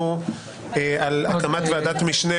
אנחנו על הקמת ועדת המשנה